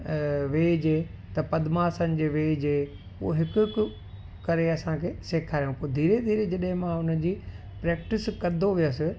वेह जे त पद्मासन जे वेहजे उहो हिक हिक करे असांखे सेखारियऊं पोइ धीरे धीरे जॾहिं मां उन जी प्रैक्टिस कंदो वियसि